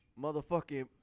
Motherfucking